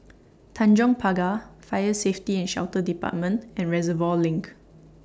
Tanjong Pagar Fire Safety and Shelter department and Reservoir LINK